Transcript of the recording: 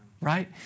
Right